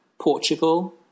Portugal